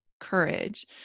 courage